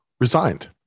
resigned